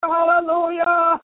Hallelujah